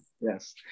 yes